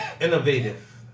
innovative